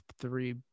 three